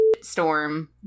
storm